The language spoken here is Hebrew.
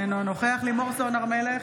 אינו נוכח לימור סון הר מלך,